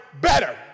better